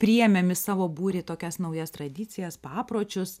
priėmėm į savo būrį tokias naujas tradicijas papročius